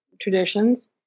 traditions